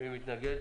מי נגד,